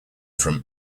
from